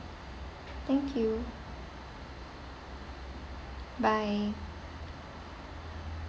thank you bye